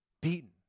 beaten